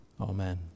Amen